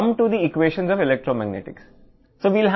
అప్పుడు మనం ఎలక్ట్రోమాగ్నెటిక్ ఈక్వేషన్లకు వద్దాం